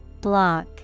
Block